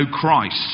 Christ